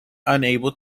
unable